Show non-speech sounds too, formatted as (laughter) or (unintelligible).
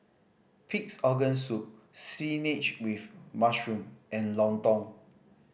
Pig's Organ Soup (unintelligible) with mushroom and lontong